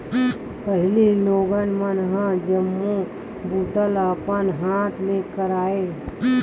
पहिली लोगन मन ह जम्मो बूता ल अपन हाथ ले करय